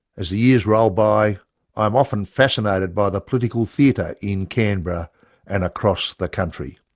as the years roll by i am often fascinated by the political theatre in canberra and across the country.